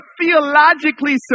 theologically